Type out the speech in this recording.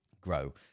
grow